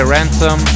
Ransom